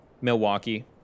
Milwaukee